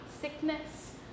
sickness